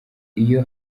iyo